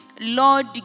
Lord